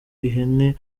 ihene